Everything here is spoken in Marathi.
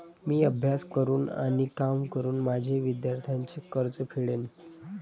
मी अभ्यास करून आणि काम करून माझे विद्यार्थ्यांचे कर्ज फेडेन